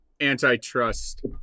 antitrust